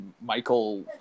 Michael